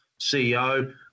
CEO